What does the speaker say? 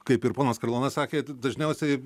kaip ir ponas karlonas sakė dažniausiai